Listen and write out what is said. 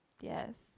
Yes